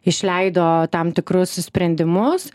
išleido tam tikrus sprendimus